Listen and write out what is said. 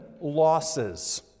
losses